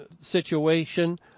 situation